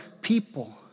people